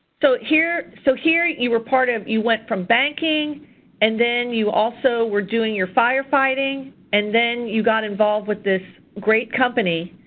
so so here you you reported you went from banking and then you also were doing your firefighting. and then you got involved with this great company.